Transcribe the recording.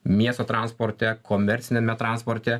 miesto transporte komerciniame transporte